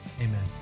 amen